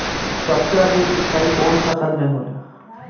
सबसे अधिक सिंचाई कवन फसल में होला?